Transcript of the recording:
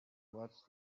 watched